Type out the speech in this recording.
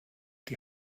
die